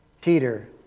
Peter